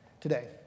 today